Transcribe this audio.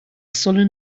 sullen